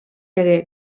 hagué